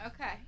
okay